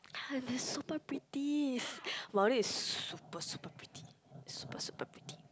and they're super pretty Maldives is super super pretty super super pretyy